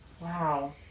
Wow